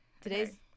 Today's